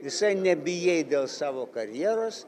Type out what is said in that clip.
visai nebijai dėl savo karjeros